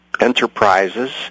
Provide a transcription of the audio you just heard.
enterprises